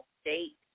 state